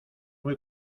muy